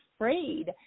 afraid